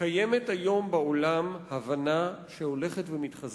קיימת היום הבנה בעולם, שהולכת ומתחזקת,